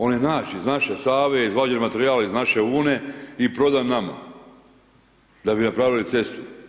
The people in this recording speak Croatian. On je naš, iz naše Save je izvađen materijal, iz naše Une i prodan nama da bi napravili cestu.